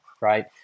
right